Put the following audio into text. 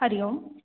हरिः ओं